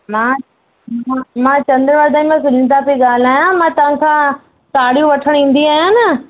मां मां चंद्रवादन मां सुनीता पई ॻाल्हायां मां तव्हां सां साड़ियूं वठणु ईंदी आहियां न